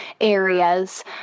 areas